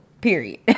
period